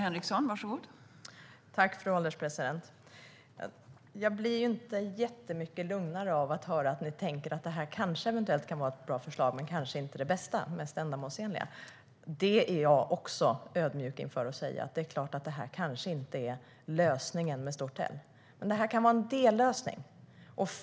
Fru ålderspresident! Jag blir inte jättemycket lugnare av att höra att ni tänker att det här eventuellt kan vara ett bra förslag men kanske inte det bästa och mest ändamålsenliga. Jag är också ödmjuk inför det. Det är klart att det kanske inte är lösningen med stort L, men det kan vara en dellösning.